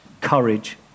courage